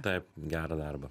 taip gerą darbą